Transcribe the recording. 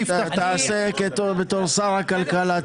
תעשה את זה בתור שר הכלכלה.